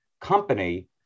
company